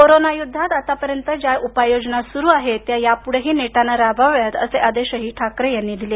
corona युद्धात आतापर्यंत ज्या उपाययोजना सुरू आहेत त्या यापुढेही नेटाने राबवाव्यात असे आदेशही ठाकरे यांनी दिले